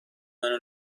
منو